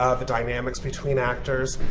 ah the dynamics between actors,